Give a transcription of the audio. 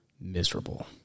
miserable